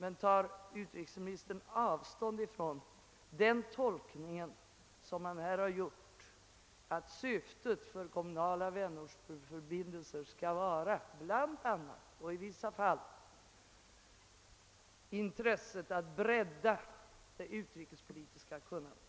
Men tar utrikesministern avstånd från tolkningen att syftet med kommunala vänortsförbindelser skall vara — bl.a. och i vissa fall — att bredda det utrikespolitiska intresset?